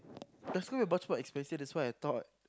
that's gonna be much more expensive that's what I thought